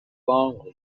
will